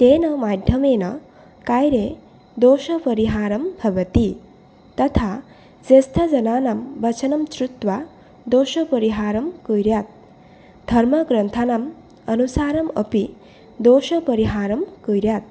तेन माध्यमेन कार्ये दोषपरिहारः भवति तथा स्वस्थजनानां वचनं श्रुत्वा दोषपरिहारं कुर्यात् धर्मग्रन्थानाम् अनुसारमपि दोषपरिहारं कुर्यात्